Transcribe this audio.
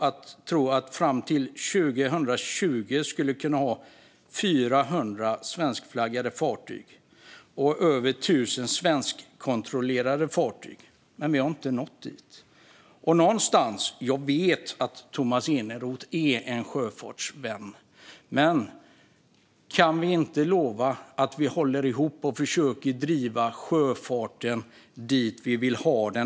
De trodde att de fram till 2020 skulle kunna ha 400 svenskflaggade fartyg och över 1 000 svenskkontrollerade fartyg. Men vi har inte nått dit. Jag vet att Tomas Eneroth är en sjöfartsvän. Kan vi inte lova att vi håller ihop och försöker driva sjöfarten dit vi vill ha den?